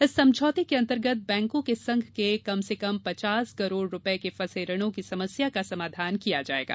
इस समझौते के अंतर्गत बैंकों के संघ के कम से कम पचास करोड़ रूपए के फंसे ऋणों की समस्या का समाधान किया जाएगा